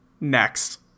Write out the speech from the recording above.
next